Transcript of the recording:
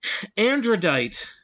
Androdite